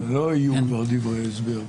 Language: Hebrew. ולא יהיו כבר דברי הסבר בחקיקה.